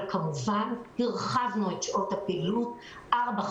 הרחבנו את שעות הפעילות לארבע,